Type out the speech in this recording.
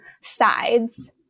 sides